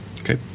Okay